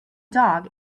dog